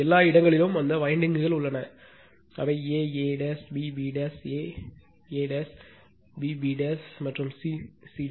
எல்லா இடங்களிலும் அந்த வயண்டிங்கள் உள்ளன அவை a a b b a a b b மற்றும் c c